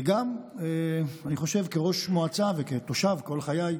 וגם, אני חושב, כראש מועצה וכתושב, כל חיי,